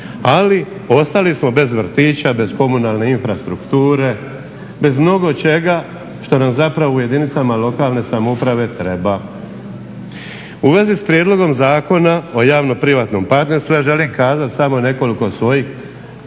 Ali ostali smo bez vrtića, bez komunalne infrastrukture, bez mnogo čega što nam zapravo u jedinicama lokalne samouprave treba. U vezi s prijedlogom zakona o javno-privatnom partnerstvu ja želim kazati samo nekoliko svojih